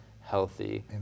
healthy